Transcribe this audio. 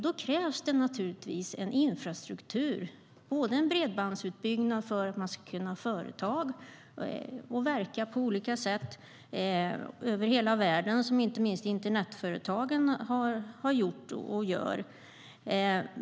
Då krävs det naturligtvis en infrastruktur. Bredbandsutbyggnad behövs för att man ska kunna ha företag och verka på olika sätt över hela världen, som inte minst internetföretagen har gjort och gör.